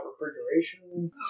refrigeration